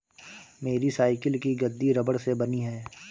मेरी साइकिल की गद्दी रबड़ से बनी है